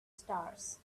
stars